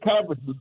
coverage